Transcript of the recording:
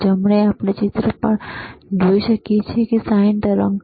જમણે આપણે ચિત્ર પર જોઈ શકીએ છીએ કે સાઈન તરંગ છે